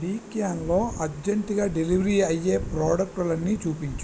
డీక్యాన్లో అర్జెంట్గా డెలివరీ అయ్యే ప్రోడక్టులన్నీ చూపించుము